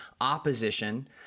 opposition